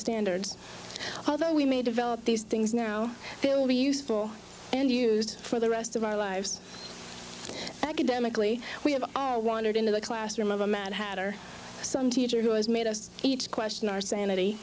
standards although we may develop these things now they will be useful and used for the rest of our lives academically we have wandered into the classroom of a mad hatter some teacher who has made us each question our sanity